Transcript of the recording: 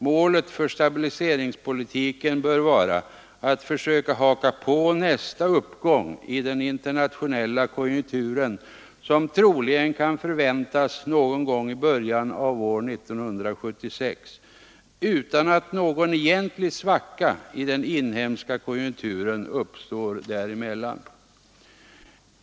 Målet för stabiliseringspolitiken bör vara att försöka haka på nästa uppgång i den internationella konjunkturen, som troligen kan förväntas någon gång i början av år 1976, utan att någon egentlig svacka i den inhemska konjunkturen uppstår däremellan.